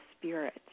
spirit